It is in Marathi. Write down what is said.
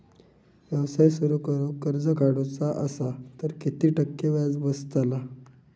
व्यवसाय सुरु करूक कर्ज काढूचा असा तर किती टक्के व्याज बसतला?